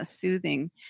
soothing